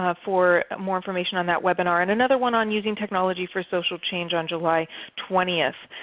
ah for more information on that webinar. and another one on using technology for social change on july twenty.